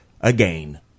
again